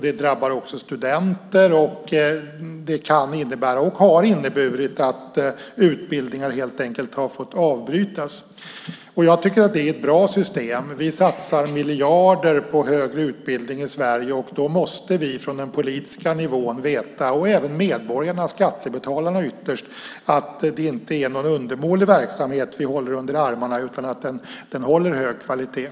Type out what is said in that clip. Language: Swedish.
Det drabbar också studenter. Det kan innebära, och har inneburit, att utbildningar har fått avbrytas. Det är ett bra system. Vi satsar miljarder på högre utbildning i Sverige. Då måste vi från den politiska nivån, och även medborgarna och skattebetalarna ytterst, veta att det inte är någon undermålig verksamhet vi håller under armarna, utan att den håller hög kvalitet.